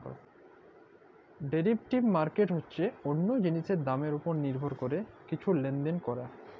derivative market হছে অল্য জিলিসের দামের উপর লির্ভর ক্যরে কিছু লেলদেল ক্যরা